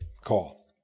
call